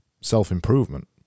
self-improvement